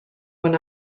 when